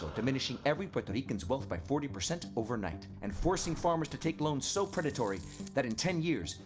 diminishing every puerto rican's wealth by forty percent overnight and forcing farmers to take loans so predatory that in ten years,